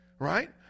right